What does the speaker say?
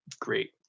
great